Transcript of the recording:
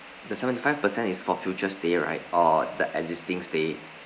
the seventy five percent is for future stay right or the existing stay